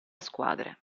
squadre